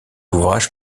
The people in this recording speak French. ouvrage